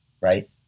right